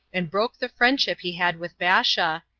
and broke the friendship he had with baasha,